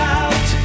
out